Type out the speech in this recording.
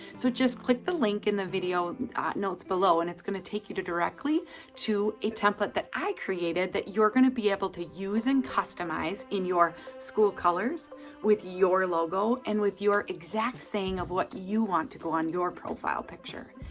so just click the link in the video notes below and it's gonna take you directly to a template that i created that you're gonna be able to use and customize in your school colors with your logo and with your exact saying of what you want to go on your profile picture.